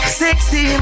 sexy